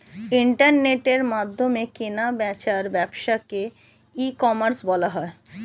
ইন্টারনেটের মাধ্যমে কেনা বেচার ব্যবসাকে ই কমার্স বলা হয়